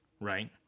right